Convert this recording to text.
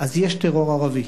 יש טרור ערבי.